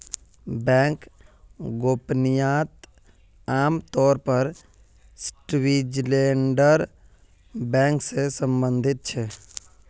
bank गोपनीयता आम तौर पर स्विटज़रलैंडेर बैंक से सम्बंधित छे